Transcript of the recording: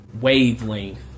wavelength